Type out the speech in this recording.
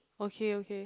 okay okay